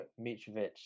Mitrovic